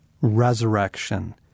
resurrection